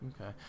okay